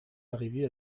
arrivée